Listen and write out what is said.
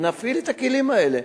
נפעיל את הכלים האלה,